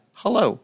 hello